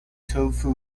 tofu